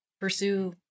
pursue